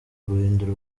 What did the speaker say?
guhindura